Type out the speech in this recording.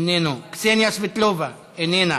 איננו, קסניה סבטלובה איננה,